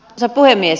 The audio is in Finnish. arvoisa puhemies